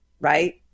right